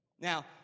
Now